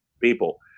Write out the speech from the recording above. people